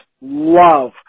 love